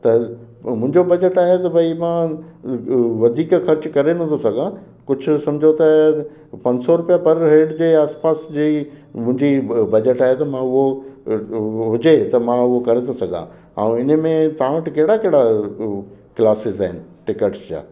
त मुंहिंजो बजट आहे त भई मां वधीक ख़र्चु करे नथो सघां कुझु सम्झो त पंज सौ रुपया पर हेड जे आसपासि जी मुंहिजी ब बजट आहे त मां उहो हुजे त मां उहो करे थो सघां ऐं इने में तव्हां वटि कहिड़ा कहिड़ा क्लासिस आहिनि टिकिट्स जा